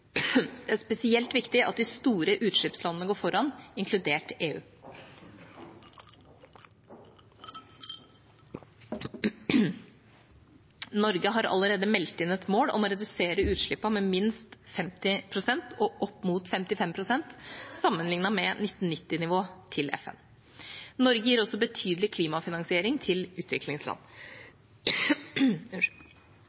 Det er spesielt viktig at de store utslippslandene går foran, inkludert EU. Norge har allerede meldt inn til FN et mål om å redusere utslippene med minst 50 pst. og opp mot 55 pst. sammenlignet med 1990-nivå. Norge gir også betydelig klimafinansiering til utviklingsland.